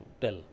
tell